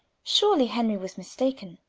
surely henry was mistaken.